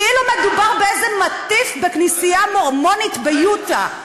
כאילו מדובר באיזה מטיף בכנסייה מורמונית ביוטה.